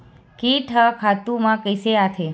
कीट ह खातु म कइसे आथे?